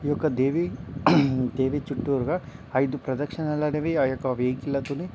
ఈ యొక్క దేవి దేవి చుట్టూరా ఐదు ప్రదక్షనలనేవి ఆ యొక్క వెహికిల్లతోని